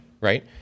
Right